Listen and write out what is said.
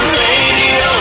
radio